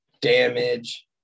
Damage